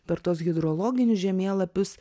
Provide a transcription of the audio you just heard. per tuos hidrologinius žemėlapius